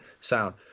Sound